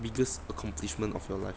biggest accomplishment of your life